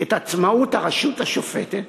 את עצמאות הרשות השופטת,